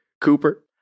Cooper